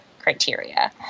criteria